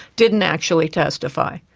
didn't actually testify.